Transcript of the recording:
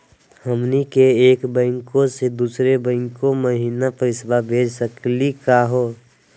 हमनी के एक बैंको स दुसरो बैंको महिना पैसवा भेज सकली का हो?